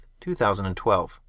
2012